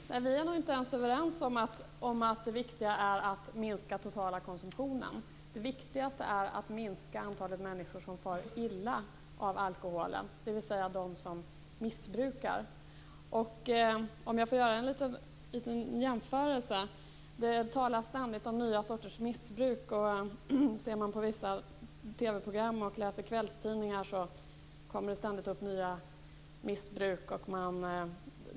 Herr talman! Nej, vi är nog inte ens överens om att det viktiga är att minska den totala konsumtionen. Det viktigaste är att minska det antal människor som far illa av alkoholen, dvs. de som missbrukar. Om jag får göra en liten jämförelse, så talas det ju ständigt om nya sorters missbruk. Ser man på vissa TV-program och läser kvällstidningar så kommer det ständigt upp nya missbruk.